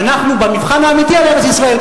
ואנחנו במבחן האמיתי על ארץ-ישראל,